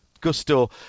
Gusto